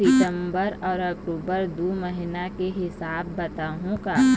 सितंबर अऊ अक्टूबर दू महीना के हिसाब बताहुं का?